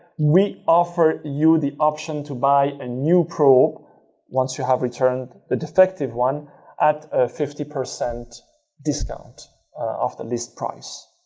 we offer you the option to buy a new probe once you have returned the defective one at fifty percent discount off the list price.